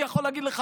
אני יכול להגיד לך,